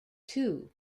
two